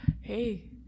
Hey